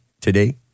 today